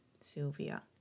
Sylvia